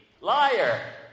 liar